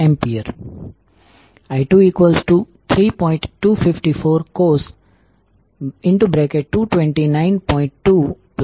mutual વોલ્ટેજની polarity નિર્ધારિત કરવા માટે ડોટનો ઉપયોગ ડોટ કન્વેશન ની સાથે થાય છે